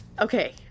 Okay